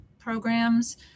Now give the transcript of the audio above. Programs